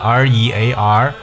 rear